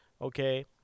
Okay